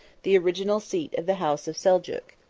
the original seat of the house of seljuk.